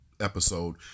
episode